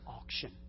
auction